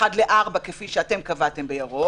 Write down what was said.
4:1 כפי שאתם קבעתם בירוק,